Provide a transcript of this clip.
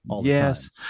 Yes